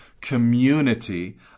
community